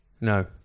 no